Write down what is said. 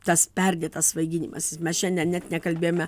tas perdėtas svaiginimasis mes čia ne net nekalbėjome